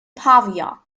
pavia